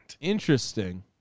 Interesting